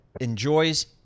enjoys